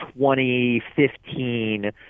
2015